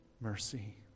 mercy